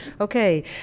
Okay